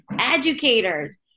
educators